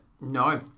no